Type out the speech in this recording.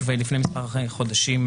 אנחנו מדברים על צו חדלות פירעון ושיקום